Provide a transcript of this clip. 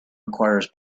requires